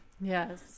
Yes